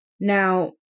Now